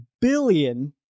billion